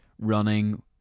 running